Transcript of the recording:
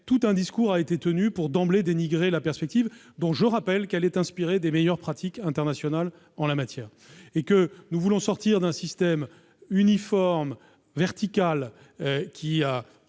Tout un discours a été tenu pour dénigrer d'emblée une perspective qui, je le rappelle, est inspirée des meilleures pratiques internationales en la matière. Nous voulons sortir d'un système uniforme, vertical, qui a